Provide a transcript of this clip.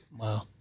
Wow